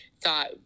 thought